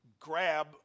grab